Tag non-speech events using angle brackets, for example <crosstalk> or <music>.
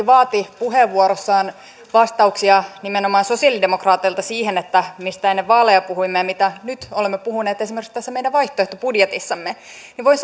<unintelligible> vaati puheenvuorossaan vastauksia nimenomaan sosialidemokraateilta liittyen siihen mistä ennen vaaleja puhuimme ja mitä nyt olemme puhuneet esimerkiksi tässä meidän vaihtoehtobudjetissamme voin <unintelligible>